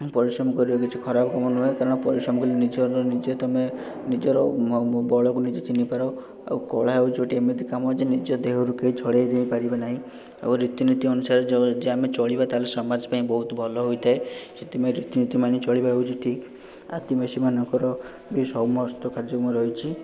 ପରିଶ୍ରମ କରିବା କିଛି ଖରାପ କାମ ନୁହେଁ କାରଣ ପରିଶ୍ରମ କଲେ ନିଜର ନିଜେ ତୁମେ ନିଜର ବଳକୁ ନିଜେ ଚିହ୍ନିପାର ଓ କଳା ହେଉଛି ଗୋଟେ ଏମିତି କାମ ଯେ ନିଜ ଦେହରୁ କେହି ଛଡ଼େଇ ନେଇପାରିବେ ନାହିଁ ଓ ରୀତିନୀତି ଅନୁସାରେ ଯଦି ଆମେ ଚଳିବା ତା'ହେଲେ ସମାଜପାଇଁ ବହୁତ ଭଲ ହୋଇଥାଏ ସେଥିପାଇଁ ରୀତିନୀତି ମାନିକ ଚଳିବା ହେଉଛି ଠିକ୍ ଆଦିବାସୀମାନଙ୍କର ଯେଉଁ ସମସ୍ତ କାର୍ଯ୍ୟ ରହିଛି